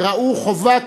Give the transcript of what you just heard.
וראו חובה,